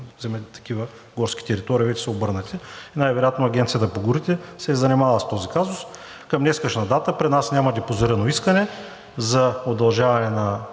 има – такива горски територии вече са обърнати. Най-вероятно Агенцията по горите се е занимавала с този казус. Към днешна дата при нас няма депозирано искане за удължаване на